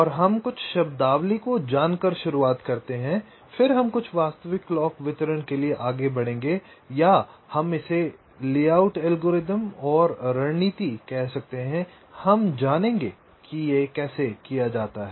तो हम अब कुछ शब्दावली को जानकार शुरुआत करते हैं फिर हम कुछ वास्तविक क्लॉक वितरण के लिए आगे बढ़ेंगे या हम इसे लेआउट एल्गोरिथ्म या रणनीति कह सकते हैं हम जानेंगे की यह कि कैसे किया जाता है